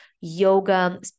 yoga